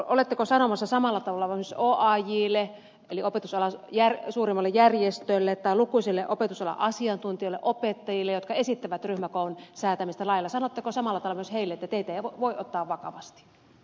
oletteko sanomassa samalla tavalla esimerkiksi oajlle eli opetusalan suurimmalle järjestölle tai lukuisille opetusalan asiantuntijoille opettajille jotka esittävät ryhmäkoon säätämistä lailla sanotteko samalla tavalla myös heille että teitä ei voi ottaa vakavasti